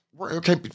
Okay